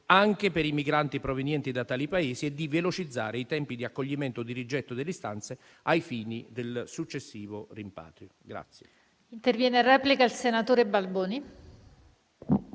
anche per i migranti provenienti da tali Paesi e di velocizzare i tempi di accoglimento o di rigetto delle istanze ai fini del successivo rimpatrio. PRESIDENTE. Ha facoltà di intervenire in replica il senatore Balboni,